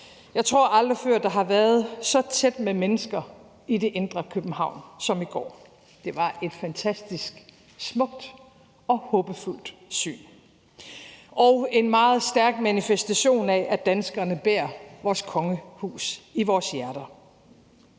Jeg tror aldrig før, der har været så tæt med mennesker i det indre København, som der var i går. Det var et fantastisk smukt og håbefuldt syn og en meget stærk manifestation af, at vi danskere bærer vores kongehus i vores hjerter.